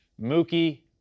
Mookie